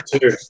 two